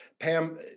Pam